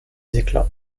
éclats